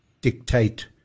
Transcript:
dictate